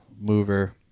mover